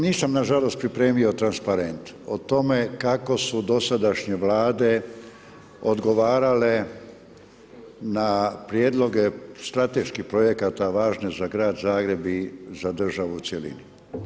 Nisam nažalost pripremio transparent o tome kako su dosadašnje Vlade odgovarale na prijedloge strateških projekata važne za grad Zagreb i za državu u cjelini.